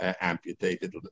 amputated